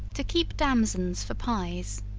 to keep damsons for pies.